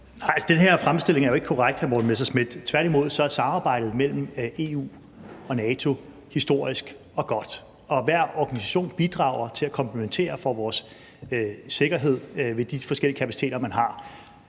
den her fremstilling er jo ikke korrekt, vil jeg sige til hr. Morten Messerschmidt. Tværtimod er samarbejdet mellem EU og NATO historisk og godt. Hver organisation bidrager til vores sikkerhed ved at komplementere de forskellige kapaciteter, man har.